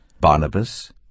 Barnabas